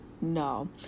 No